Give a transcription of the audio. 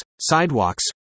sidewalks